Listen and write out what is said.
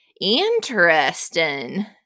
Interesting